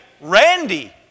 Randy